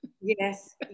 Yes